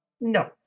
No